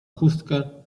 chustkę